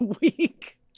week